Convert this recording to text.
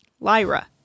Lyra